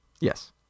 Yes